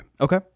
Okay